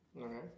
Okay